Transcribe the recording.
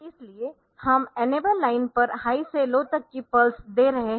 इसलिए हम enable line पर हाई से लो तक की पल्स दे रहे है